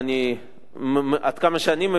עד כמה שאני מבין,